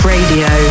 Radio